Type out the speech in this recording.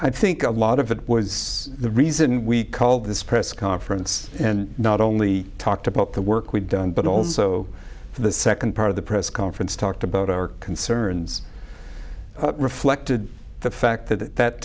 i think a lot of it was the reason we called this press conference and not only talked about the work we've done but also for the second part of the press conference talked about our concerns reflected the fact that